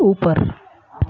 اوپر